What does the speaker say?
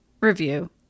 review